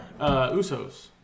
Usos